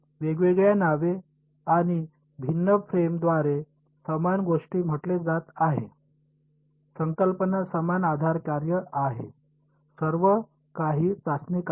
वेगवेगळ्या नावे आणि भिन्न फ्रेम द्वारे समान गोष्ट म्हटले जात आहे संकल्पना समान आधार कार्य आहे सर्व काही चाचणी कार्य